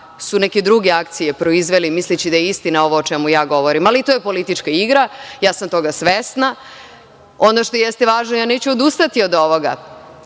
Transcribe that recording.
su neke druge akcije proizveli, misleći da je istina ovo o čemu ja govorim, ali to je politička igra i ja sam toga svesna. Ono što jeste važno, ja neću odustati od ovoga.